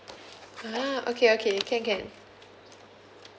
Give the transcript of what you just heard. ah okay okay can can